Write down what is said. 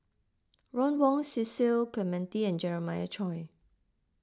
Ron Wong Cecil Clementi and Jeremiah Choy